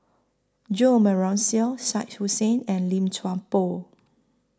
Jo Marion Seow Shah Hussain and Lim Chuan Poh